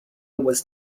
was